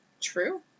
True